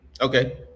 Okay